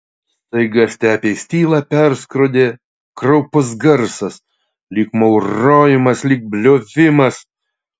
staiga stepės tylą perskrodė kraupus garsas lyg maurojimas lyg bliovimas